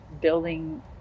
building